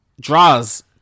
draws